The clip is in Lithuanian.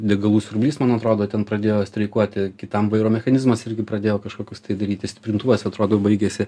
degalų siurblys man atrodo ten pradėjo streikuoti kitam vairo mechanizmas irgi pradėjo kažkokius tai daryti stiprintuvas atrodo baigėsi